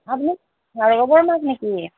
আপুনি ভাৰ্গৱৰ মাক নিকি